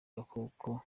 gakoko